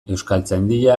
euskaltzaindia